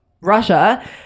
Russia